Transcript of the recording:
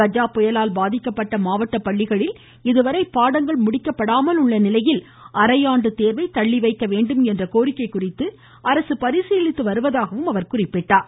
கஜா புயலால் பாதிக்கப்பட்ட மாவட்ட பள்ளிகளில் இதுவரை பாடங்கள் முடிக்கப்படாமல் உள்ள நிலையில் அரையாண்டு தேர்வை தள்ளி வைக்க வேண்டும் என்ற கோரிக்கை குறித்து அரசு பரிசீலித்து வருவதாக கூறினார்